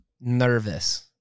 nervous